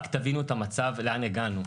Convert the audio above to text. רק תבינו את המצב ולאן הגענו.